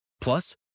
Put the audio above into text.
Plus